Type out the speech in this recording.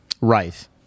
right